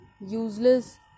useless